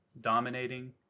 dominating